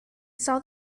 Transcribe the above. saw